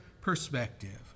perspective